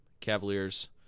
Cavaliers